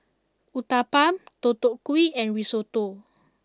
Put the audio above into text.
Uthapam Deodeok Gui and Risotto